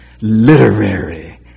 literary